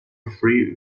free